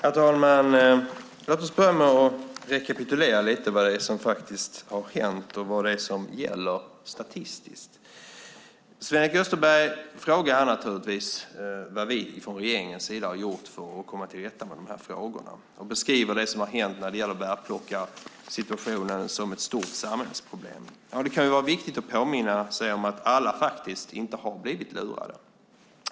Herr talman! Låt oss börja med att rekapitulera lite vad som faktiskt har hänt och vad som gäller statistiskt. Sven-Erik Österberg frågar naturligtvis vad vi från regeringens sida har gjort för att komma till rätta med frågorna. Han beskriver vad som har hänt med bärplockarsituationen som ett stort samhällsproblem. Det kan vara viktigt att påminna om att alla faktiskt inte har blivit lurade.